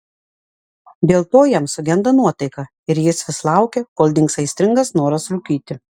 dėl to jam sugenda nuotaika ir jis vis laukia kol dings aistringas noras rūkyti